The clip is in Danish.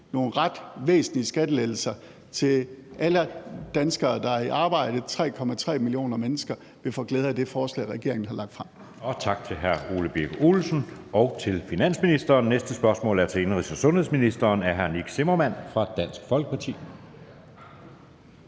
nogle ret væsentlige skattelettelser til alle danskere, der er i arbejde. 3,3 millioner mennesker vil få glæde af det forslag, regeringen har lagt frem. Kl. 13:31 Anden næstformand (Jeppe Søe): Tak til hr. Ole Birk Olesen og til finansministeren. Det næste spørgsmål er til indenrigs- og sundhedsministeren af hr. Nick Zimmermann fra Dansk Folkeparti.